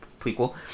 prequel